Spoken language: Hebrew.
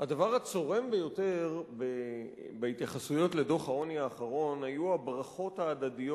הדבר הצורם ביותר בהתייחסויות לדוח העוני האחרון היה הברכות ההדדיות